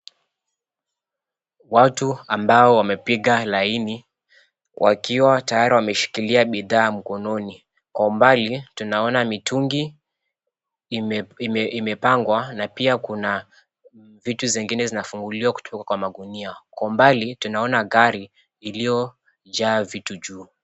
Watu ambao wamepiga laini, wakiwa tayari wameshikilia bidhaa mkononi. Kwa mbali tunaona mitungi imepangwa na pia kunavitu zingine zinafunguliwa kutoka kwa magunia, kwa mbali tunaona gari iliyojaa vitu juu.